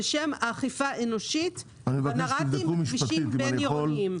לשם האכיפה האנושית בנר"תים ובכבישים בין-עירוניים.